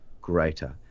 greater